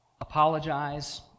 apologize